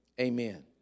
Amen